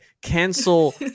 cancel